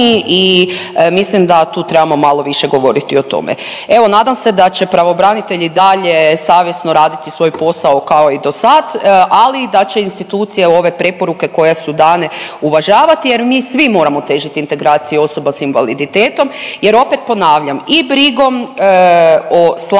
i mislim da tu trebamo malo više govoriti o tome. Evo nadam se da će pravobranitelj i dalje savjesno raditi svoj posao kao i do sad, ali i da će institucije ove preporuke koje su dane uvažavati jer mi svi moramo težiti integraciji osoba s invaliditetom jer opet ponavljam i brigom o slabijima